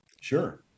Sure